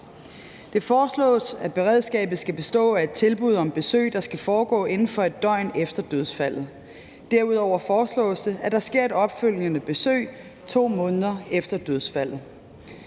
Det foreslås, at beredskabet skal bestå af et tilbud om besøg, der skal foregå inden for et døgn efter dødsfaldet. Derudover foreslås det, at der sker et opfølgende besøg 2 måneder efter dødsfaldet.